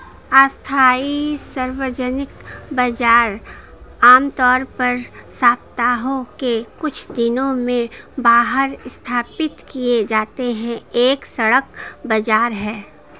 अस्थायी सार्वजनिक बाजार, आमतौर पर सप्ताह के कुछ दिनों में बाहर स्थापित किया जाता है, एक सड़क बाजार है